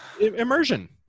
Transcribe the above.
Immersion